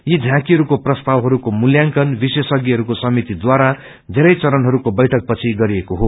यी झाँक्रीहरूको प्रस्तावहरूको मूल्याकंन विशेषज्ञहरूको समितिद्वारा धेरै चरणहरूको बैङ्कपछि गरिएको हो